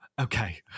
okay